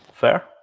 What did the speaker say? Fair